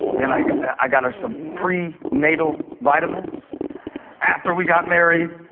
then like i got her some prenatal vitamins after we got married,